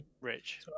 rich